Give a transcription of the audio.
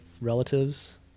relatives